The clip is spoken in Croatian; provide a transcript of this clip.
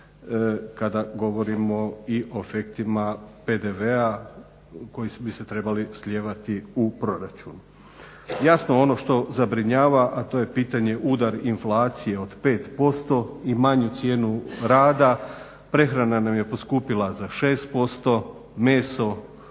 kada govorimo i o afektima PDV-a koji bi se trebali slijevati u proračun. Jasno ono što zabrinjava a to je pitanje udar inflacije od 5% i manju cijenu rada, prehrana nam je poskupila za 6%, meso